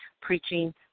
preaching